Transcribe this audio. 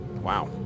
Wow